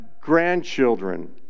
grandchildren